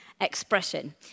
expression